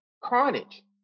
carnage